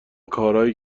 کارایی